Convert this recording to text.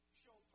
show